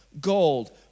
gold